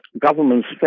governments